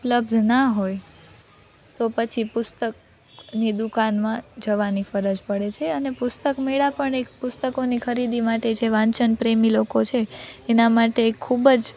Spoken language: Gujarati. ઉપલબ્ધ ના હોય તો પછી પુસ્તકની દુકાનમાં જવાની ફરજ પડે છે અને પુસ્તક મેળા પણ એક પુસ્તકોની ખરીદી માટે જે વાંચનપ્રેમી લોકો છે એના માટે ખૂબ જ